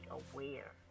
aware